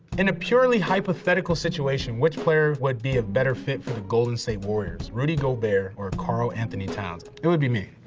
in a purely hypothetical situation, which player would be a better fit for the golden state warriors, rudy gobert or karl-anthony towns? it would be me.